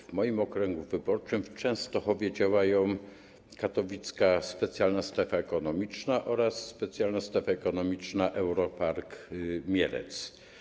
W moim okręgu wyborczym, w Częstochowie, działają Katowicka Specjalna Strefa Ekonomiczna oraz specjalna strefa ekonomiczna Euro-Park Mielec.